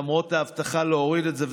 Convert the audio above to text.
למרות ההבטחה להוריד את זה,